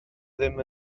ddim